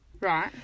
Right